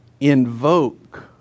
invoke